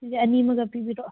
ꯁꯤꯁꯦ ꯑꯅꯤꯃꯒ ꯄꯤꯕꯤꯔꯛꯑꯣ